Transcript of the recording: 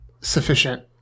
sufficient